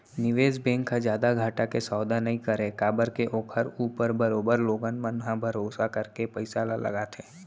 निवेस बेंक ह जादा घाटा के सौदा नई करय काबर के ओखर ऊपर बरोबर लोगन मन ह भरोसा करके पइसा ल लगाथे